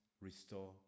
restore